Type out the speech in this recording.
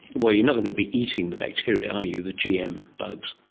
well, you're not going to be eating the bacteria, are you, the gm bugs?